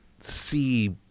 see